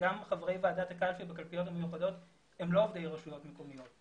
וגם חברי ועדת הקלפי בקלפיות המיוחדות הם לא עובדי רשויות מקומיות.